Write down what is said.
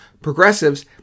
Progressives